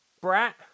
Brat